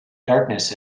darkness